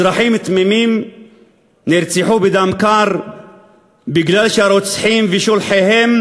אזרחים תמימים נרצחו בדם קר משום שהרוצחים ושולחיהם,